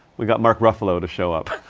we got mark ruffalo to show up.